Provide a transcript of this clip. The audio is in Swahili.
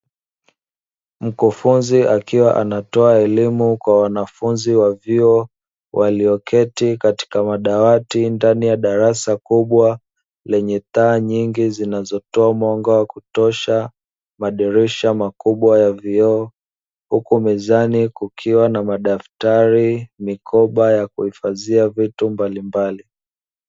Mkufunzi akiwa anatoa elimu kwa wanafunzi wa vyuo walioketi katika madawati ndani ya darasa kubwa lenye taa nyingi zinazotoa mwanga wa kutosha, madirisha makubwa ya vioo. Huku mezani kukiwa na madaftari mikoba ya kuhifadhia vitu mbalimbali.